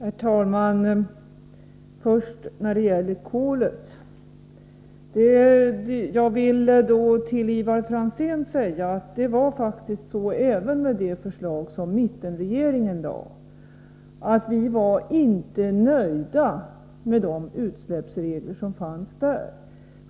Herr talman! Först något om kolet. Till Ivar Franzén vill jag säga att vi faktiskt även när det gäller det förslag som mittenregeringen lade fram inte var nöjda med utsläppsreglerna.